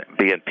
BNP